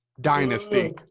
Dynasty